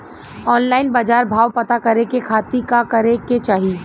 Online बाजार भाव पता करे के खाती का करे के चाही?